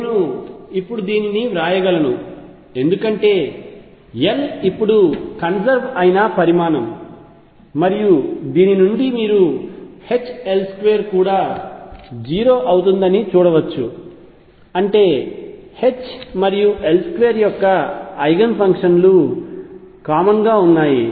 నేను ఇప్పుడు దీనిని వ్రాయగలను ఎందుకంటే L ఇప్పుడు కన్సర్వ్ అయిన పరిమాణం మరియు దీని నుండి మీరు H L2 కూడా 0 అవుతుందని చూడవచ్చు అంటే H మరియు L2 యొక్క ఐగెన్ ఫంక్షన్లు కామన్ గా ఉన్నాయి